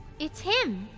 it's him!